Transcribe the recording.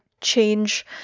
change